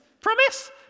Promise